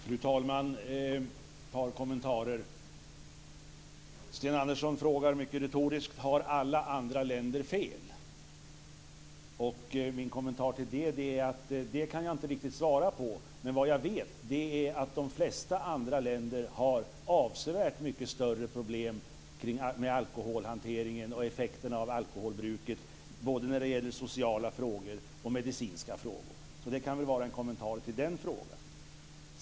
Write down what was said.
Fru talman! Ett par kommentarer. Sten Andersson frågar mycket retoriskt: Har alla andra länder fel? Min kommentar är att det kan jag inte riktigt svara på. Men vad jag vet är att de flesta andra länder har avsevärt mycket större problem kring alkoholhantering och effekterna av alkoholbruk, vad gäller både sociala och medicinska frågor. Det kan vara en kommentar till den frågan.